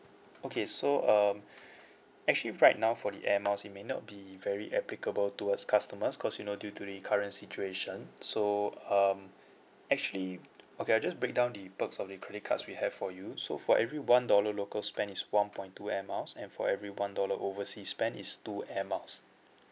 okay so um actually right now for the air miles it may not be very applicable towards customers cause you know due to the current situation so um actually okay I'll just break down the perks of the credit cards we have for you so for every one dollar local spend is one point two air miles and for every one dollar overseas spend is two air miles